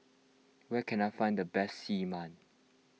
where can I find the best Xi